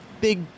big